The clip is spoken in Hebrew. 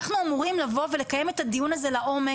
אנחנו אמורים לבוא ולקיים את הדיון הזה לעומק.